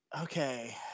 Okay